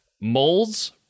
moles